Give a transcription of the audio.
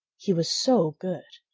he was so good!